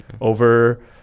over